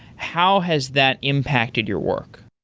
how has that impacted your work?